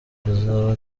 tuzaba